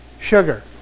sugar